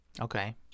Okay